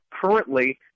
currently